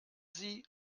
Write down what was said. sie